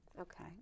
Okay